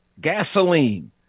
gasoline